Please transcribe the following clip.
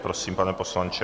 Prosím, pane poslanče.